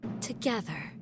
together